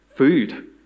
food